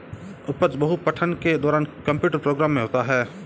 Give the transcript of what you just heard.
उपज बहु पठन के दौरान कंप्यूटर प्रोग्राम में होता है